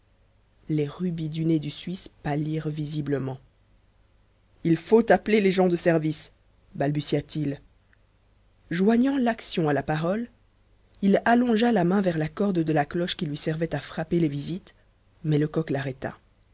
les rubis du nez du suisse pâlirent visiblement il faut appeler les gens de service balbutia-t-il joignant l'action à la parole il allongea la main vers la corde de la cloche qui lui servait à frapper les visites mais lecoq l'arrêta